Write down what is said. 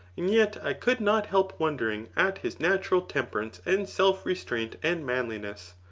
and yet i could not help wondering at his natural temperance and self-restraint and manliness.